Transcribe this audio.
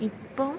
ഇപ്പോൾ